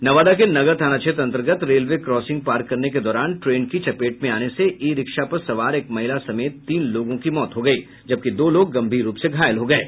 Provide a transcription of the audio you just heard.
नवादा के नगर थाना क्षेत्र अंतर्गत रेलवे क्रासिंग पार करने के दौरान ट्रेन की चपेट में आने से ई रिक्शा पर सवार एक महिला समेत तीन लोगों की मौत हो गयी जबकि दो लोग गंभीर रूप से घायल हो गये